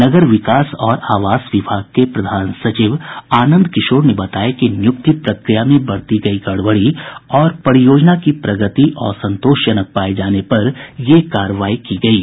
नगर विकास और आवास विभाग के प्रधान सचिव आनंद किशोर ने बताया कि नियुक्ति प्रक्रिया में बरती गयी गड़बड़ी और परियोजना की प्रगति असंतोषजनक पाये जाने पर ये कार्रवाई की गयी है